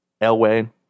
Elway